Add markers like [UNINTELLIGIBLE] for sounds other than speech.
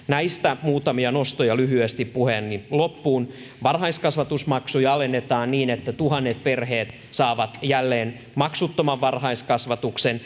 [UNINTELLIGIBLE] näistä muutamia nostoja lyhyesti puheeni loppuun varhaiskasvatusmaksuja alennetaan niin että tuhannet perheet saavat jälleen maksuttoman varhaiskasvatuksen [UNINTELLIGIBLE]